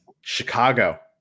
Chicago